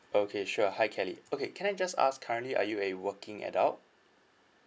okay sure hi kelly okay can I just ask currently are you a working adult